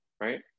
right